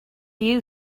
you